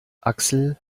axel